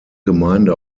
gemeinde